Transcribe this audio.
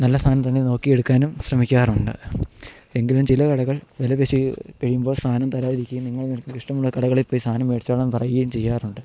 നല്ല സാധനം തന്നെ നോക്കി എടുക്കാനും ശ്രമിക്കാറുണ്ട് എങ്കിലും ചില കടകൾ വില പേശി കഴിയുമ്പോൾ സാധനം തരാതിരിക്കുകയും നിങ്ങൾ നിങ്ങൾക്ക് ഇഷ്ടമുള്ള കടകളിൽ പോയി സാധനം മേടിച്ചോളാൻ പറയുകയും ചെയ്യാറുണ്ട്